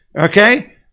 okay